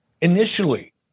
Initially